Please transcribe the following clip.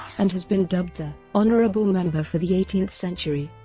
and has been dubbed the honourable member for the eighteenth century.